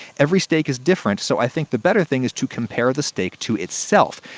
every steak is different, so i think the better thing is to compare the steak to itself.